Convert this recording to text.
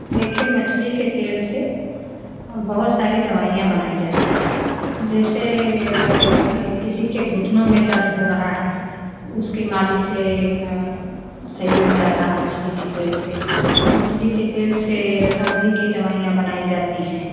देखिए मछली के तेल से बहुत सारी दवाइयाँ बनाई जाती हैं जैसे किसी के घुटनों में दर्द हो रहा है उसके मालिश से सही हो जाता है मछली के तेल से मछली के तेल से रतौंधी की दवाइयाँ बनाई जाती हैं